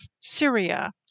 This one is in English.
Syria